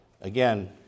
again